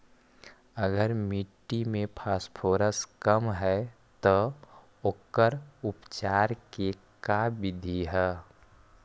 अगर मट्टी में फास्फोरस कम है त ओकर उपचार के का बिधि है?